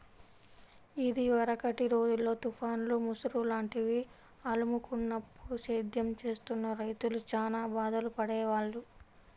ఇదివరకటి రోజుల్లో తుఫాన్లు, ముసురు లాంటివి అలుముకున్నప్పుడు సేద్యం చేస్తున్న రైతులు చానా బాధలు పడేవాళ్ళు